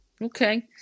Okay